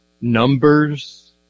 numbers